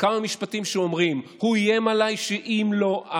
כמה משפטים שאומרים: הוא איים עליי שאם לא,